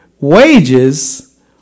Wages